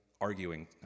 arguing